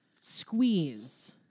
squeeze